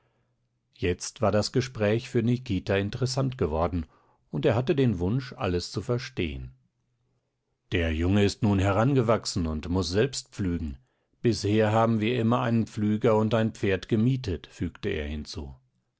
jetzt war das gespräch für nikita interessant geworden und er hatte den wunsch alles zu verstehen der junge ist nun herangewachsen und muß selbst pflügen bisher haben wir immer einen pflüger und ein pferd gemietet fügte er hinzu